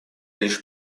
лишь